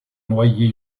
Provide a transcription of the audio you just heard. noyer